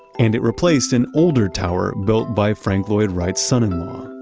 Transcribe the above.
and it replaced an older tower built by frank lloyd wright's son-in-law.